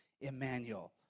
Emmanuel